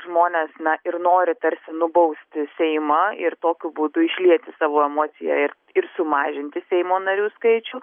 žmonės na ir nori tarsi nubausti seimą ir tokiu būdu išlieti savo emociją ir ir sumažinti seimo narių skaičių